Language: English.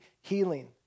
healing